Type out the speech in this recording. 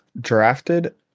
drafted